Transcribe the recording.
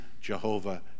Jehovah